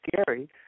scary